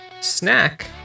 snack